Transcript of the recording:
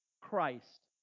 Christ